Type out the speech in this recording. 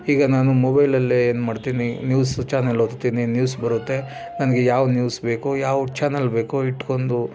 ಈಗ ನಾನು ಮೊಬೈಲಲ್ಲೇ ಏನ್ಮಾಡ್ತೀನಿ ನ್ಯೂಸ್ ಚಾನಲ್ ಒತ್ತುತೀನಿ ನ್ಯೂಸ್ ಬರುತ್ತೆ ನನಗೆ ಯಾವ ನ್ಯೂಸ್ ಬೇಕು ಯಾವ ಚಾನಲ್ ಬೇಕು ಇಟ್ಕೊಂದು